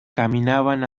caminaban